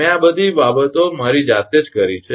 મેં આ બધી બાબતો મારી જાતે જ કરી છે